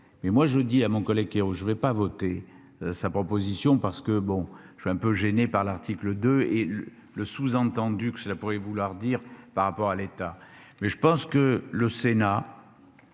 mais moi je dis à mon collègue qui est, je ne vais pas voter sa proposition parce que bon je suis un peu gênée par l'article 2 et le sous-entendu que cela pourrait vouloir dire par rapport à l'état.